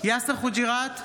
יאסר חוג'יראת,